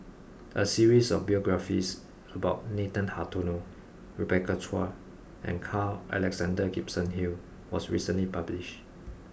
a series of biographies about Nathan Hartono Rebecca Chua and Carl Alexander Gibson Hill was recently published